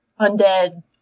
undead